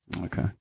Okay